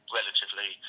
relatively